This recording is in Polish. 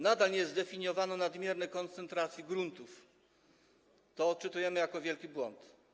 Nadal nie zdefiniowano pojęcia nadmiernej koncentracji gruntów, co odczytujemy jako wielki błąd.